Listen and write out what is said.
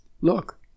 Look